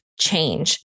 change